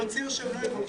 הוא מצהיר שהם לא יבקשו.